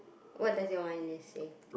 what does your wine list say